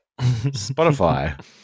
Spotify